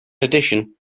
addition